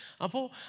Apo